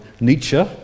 Nietzsche